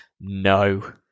no